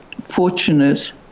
fortunate